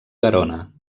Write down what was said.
garona